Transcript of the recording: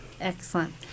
excellent